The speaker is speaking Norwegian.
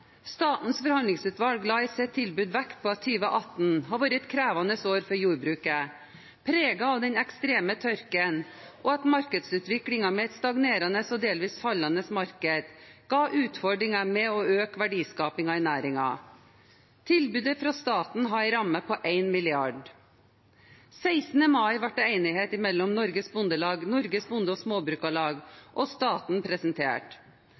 Statens forhandlingsutvalg la i sitt tilbud vekt på at 2018 var et krevende år for jordbruket, preget av den ekstreme tørken, og at markedsutviklingen, med et stagnerende og delvis fallende marked, ga utfordringer med å øke verdiskapingen i næringen. Tilbudet fra staten hadde en ramme på 1 mrd. kr. Den 16. mai ble enigheten mellom Norges Bondelag, Norsk Bonde- og Småbrukarlag og staten presentert.